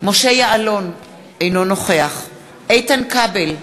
משה יעלון, אינו נוכח איתן כבל,